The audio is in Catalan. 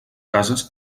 cases